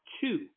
two